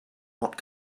not